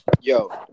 Yo